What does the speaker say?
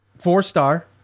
four-star